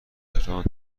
ایران